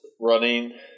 running